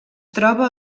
troba